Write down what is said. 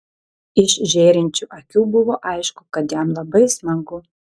iš žėrinčių akių buvo aišku kad jam labai smagu